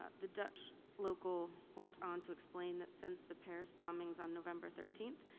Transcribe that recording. ah the dutch local went on to explain that since the paris bombings on november thirteenth,